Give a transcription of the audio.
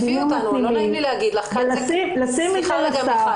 לשים את זה לשר,